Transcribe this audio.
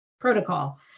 protocol